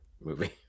movie